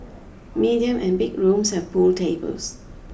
medium and big rooms have pool tables